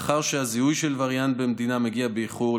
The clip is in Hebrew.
מאחר שהזיהוי של וריאנט במדינה מגיע באיחור,